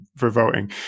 revolting